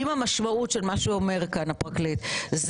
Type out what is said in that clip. אם המשמעות של מה שאומר כאן הפרקליט היא